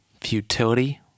futility